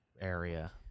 area